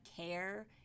care